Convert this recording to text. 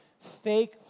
fake